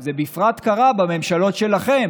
זה קרה בפרט בממשלות שלכם,